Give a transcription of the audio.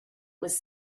was